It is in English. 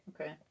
Okay